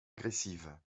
agressives